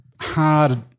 hard